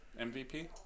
MVP